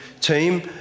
team